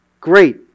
Great